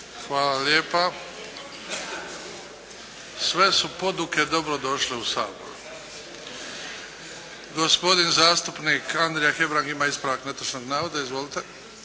Hvala lijepa. Sve su poduke dobro došle u Saboru. Gospodin zastupnik Andrija Hebrang ima ispravak netočnog navoda. Izvolite.